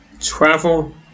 Travel